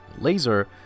laser